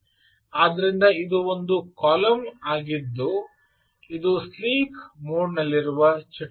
ಆದ್ದರಿಂದ ಇದು ಒಂದು ಕಾಲಮ್ ಆಗಿದ್ದ ಇದು ಸ್ಲೀಪ್ ಮೋಡಿನಲ್ಲಿರುವ ಚಟುವಟಿಕೆ